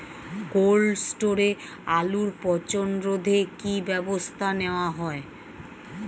Cold স্টোরে আলুর পচন রোধে কি ব্যবস্থা নেওয়া হয়?